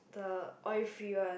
the oil free one